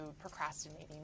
procrastinating